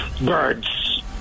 birds